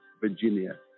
Virginia